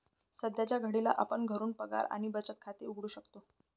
सध्याच्या घडीला आपण घरून पगार आणि बचत खाते उघडू शकतो